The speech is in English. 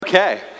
Okay